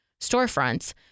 storefronts